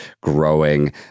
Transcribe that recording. growing